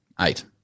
eight